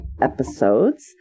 episodes